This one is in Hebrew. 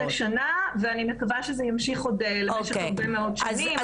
ואני מקווה שזה ימשיך לעוד הרבה מאוד שנים.